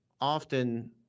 often